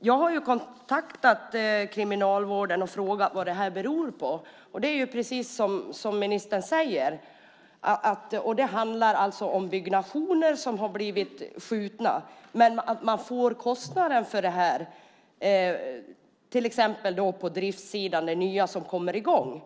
Jag har kontaktat kriminalvården och frågat vad det beror på, och precis som ministern säger handlar det om byggnationer som har blivit framskjutna men att man får kostnaden till exempel på driftssidan för det nya som kommer i gång.